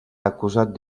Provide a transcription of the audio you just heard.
acusat